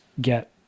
get